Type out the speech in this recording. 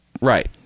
right